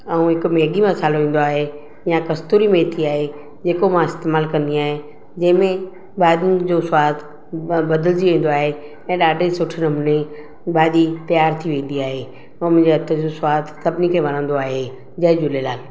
ऐं हिकु मेगी मसालो ईंदो आहे या कस्तुरी मेथी आहे जेको मां इस्तेमालु कंदी आहियां जंहिं में भाॼियुनि जो स्वादु ब बदिलिजी वेंदो आहे ऐं ॾाढे सुठे नमूने भाॼी तयार थी वेंदी आहे ऐं मुंहिंजे हथ जो स्वादु सभिनी खे वणंदो आहे जय झूलेलाल